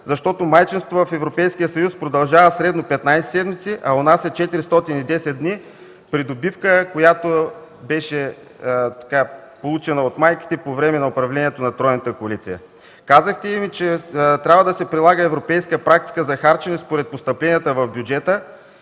защото майчинството в Европейския съюз продължава средно 15 седмици, а у нас е 410 дни – придобивка, която беше получена от майките по време на управлението на тройната коалиция. Казахте им, че трябва да се прилага европейска практика за харчене според постъпленията в бюджета